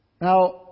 Now